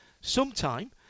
sometime